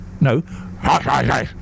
No